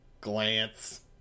glance